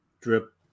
drip